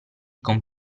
con